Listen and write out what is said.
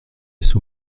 sous